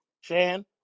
Shan